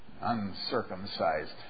Uncircumcised